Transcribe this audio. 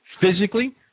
physically